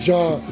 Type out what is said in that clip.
John